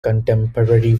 contemporary